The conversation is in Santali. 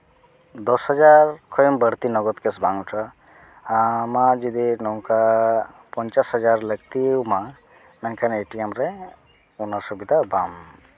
ᱫᱚᱥ ᱦᱟᱡᱟᱨ ᱠᱷᱚᱡ ᱵᱟᱹᱲᱛᱤ ᱱᱚᱜᱚᱫ ᱠᱮᱥ ᱵᱟᱝ ᱩᱴᱷᱟᱹᱜᱼᱟ ᱟᱢᱟᱜ ᱡᱩᱫᱤ ᱱᱚᱝᱠᱟ ᱯᱚᱧᱪᱟᱥ ᱦᱟᱡᱟᱨ ᱞᱟᱹᱠᱛᱤ ᱟᱢᱟ ᱢᱮᱱᱠᱷᱟᱱ ᱮ ᱴᱤ ᱮᱢ ᱨᱮ ᱚᱱᱟ ᱥᱩᱵᱤᱫᱟ ᱵᱟᱢ